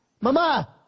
Mama